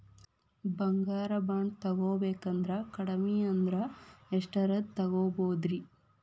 ಬಂಗಾರ ಬಾಂಡ್ ತೊಗೋಬೇಕಂದ್ರ ಕಡಮಿ ಅಂದ್ರ ಎಷ್ಟರದ್ ತೊಗೊಬೋದ್ರಿ?